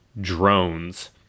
drones